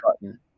button